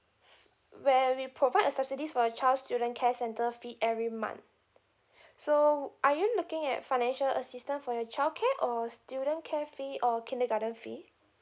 where we provide a subsidies for a child student care centre fee every month so are you looking at financial assistance for your childcare or student care fee or kindergarten fee